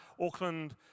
Auckland